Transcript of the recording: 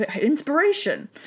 inspiration